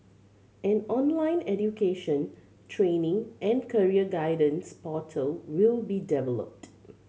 an online education training and career guidance portal will be developed